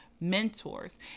mentors